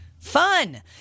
Fun